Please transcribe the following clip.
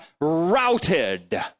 routed